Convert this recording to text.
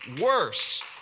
worse